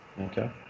Okay